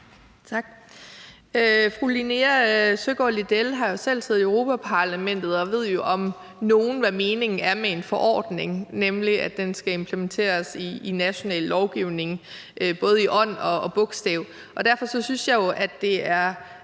Tak. Fru Linea Søgaard-Lidell har jo selv siddet i Europa-Parlamentet og ved om nogen, hvad meningen er med en forordning, nemlig at den skal implementeres i national lovgivning, både i ånd og bogstav. Derfor synes jeg jo, at det er